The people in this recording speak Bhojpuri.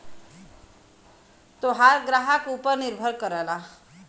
तोहार ग्राहक ऊपर निर्भर करला